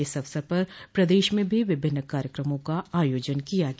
इस अवसर पर प्रदेश में भी विभिन्न कार्यक्रमों का आयोजन किया गया